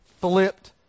flipped